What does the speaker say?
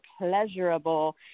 pleasurable